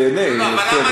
תיהנה, מר פרי.